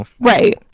right